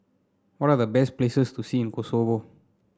what are the best places to see in Kosovo